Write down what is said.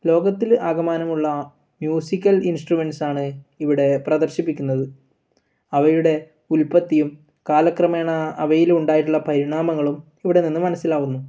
ലോകത്തിൽ ആകമാനമുള്ള മ്യൂസിക്കൽ ഇൻസ്ട്രമെൻറ്റ്സാണ് ഇവിടെ പ്രദർശിപ്പിക്കുന്നത് അവയുടെ ഉത്പത്തിയും കാലക്രമേണ അവയിലുണ്ടായിട്ടുള്ള പരിണാമങ്ങളും ഇവിടെ നിന്ന് മനസ്സിലാകുന്നു